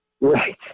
Right